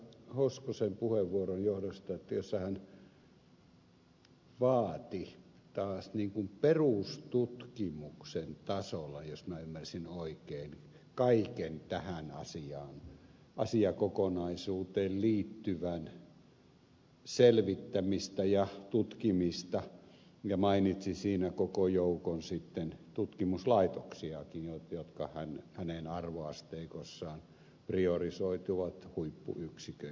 hoskosen puheenvuoron johdosta jossa hän vaati taas perustutkimuksen tasolla jos ymmärsin oikein kaiken tähän asiakokonaisuuteen liittyvän selvittämistä ja tutkimista ja mainitsi siinä koko joukon tutkimuslaitoksiakin jotka hänen arvoasteikossaan priorisoituvat huippuyksiköiksi